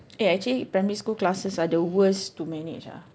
eh actually primary school classes are the worst to manage ah